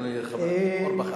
חבר הכנסת אורבך,